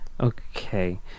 Okay